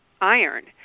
iron